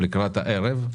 לקראת הערב,